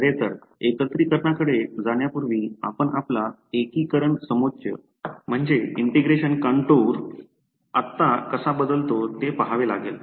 बरे तर एकत्रिकरणाकडे जाण्यापूर्वी आपण आपला एकीकरण समोच्च आत्ता कसा बदलतो ते पहावे लागेल